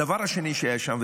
הדבר השני שהיה שם,